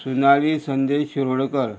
Sonali Sandesh Shirodkar